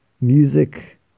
music